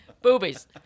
Boobies